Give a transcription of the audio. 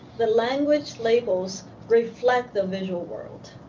the language labels reflect the visual world.